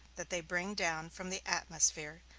that they bring down from the atmosphere,